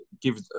give